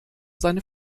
seine